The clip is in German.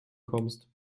kommst